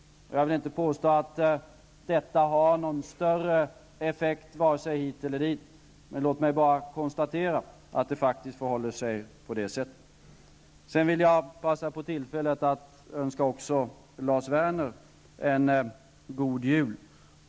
Jag vill inte påstå att detta har någon större effekt vare sig hit eller dit, men låt mig bara konstatera att det faktiskt förhåller sig på det sättet. Sedan vill jag passa på tillfället att önska också Lars Werner en god jul.